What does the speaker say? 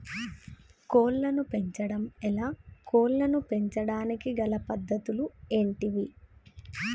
కోళ్లను పెంచడం ఎలా, కోళ్లను పెంచడానికి గల పద్ధతులు ఏంటివి?